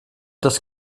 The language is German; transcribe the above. das